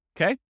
Okay